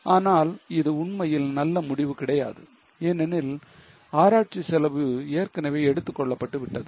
ஆனால் இது உண்மையில் நல்ல முடிவு கிடையாது ஏனெனில் ஆராய்ச்சி செலவு ஏற்கனவே எடுத்துக் கொள்ளப்பட்டு விட்டது